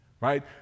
right